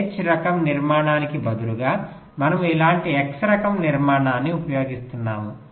H రకం నిర్మాణానికి బదులుగా మనము ఇలాంటి X రకం నిర్మాణాన్ని ఉపయోగిస్తున్నాము